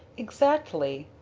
exactly.